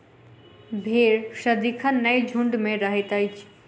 भेंड़ सदिखन नै झुंड मे रहैत अछि